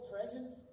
present